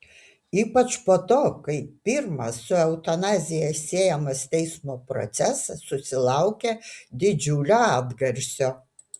ypač po to kai pirmas su eutanazija siejamas teismo procesas susilaukė didžiulio atgarsio